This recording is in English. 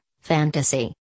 Fantasy